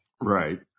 Right